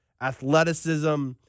athleticism